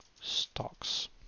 stocks